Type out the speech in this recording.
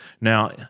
Now